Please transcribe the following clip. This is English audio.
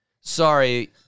sorry